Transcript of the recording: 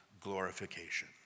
glorification